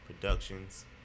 productions